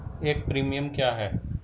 एक प्रीमियम क्या है?